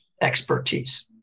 expertise